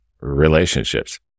relationships